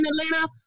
Atlanta